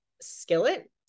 skillet